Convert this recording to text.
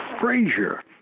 Frazier